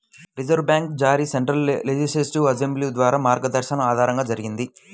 reserve bank జారీ central legislative assembly ద్వారా మార్గదర్శకాల ఆధారంగా జరిగింది